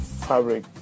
fabric